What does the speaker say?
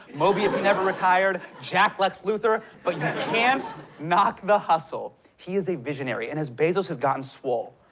moby if he never retired, jacked lex luthor, but you can't knock the hustle he is a visionary. and as bezos has gotten swole,